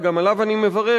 וגם עליו אני מברך,